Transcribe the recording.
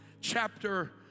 chapter